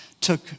took